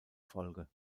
folge